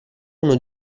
uno